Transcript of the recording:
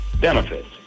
benefits